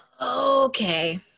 Okay